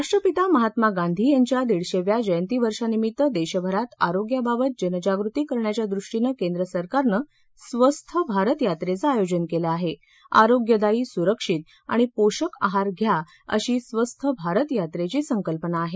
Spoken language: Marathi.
राष्ट्रपिता महात्मा गांधी यांच्या दीडशेव्या जयंती वर्षानिमित्त देशभरात आरोग्याबाबत जनजागृती करण्याच्या दृष्टीनं केंद्रसरकारनं स्वस्थ भारत यात्रेचं आयोजन केलं आहे आरोग्य दायी सुरक्षित आणि पोषक आहारघ्या अशी स्वस्थ भारत यात्रेची संकल्पना आहे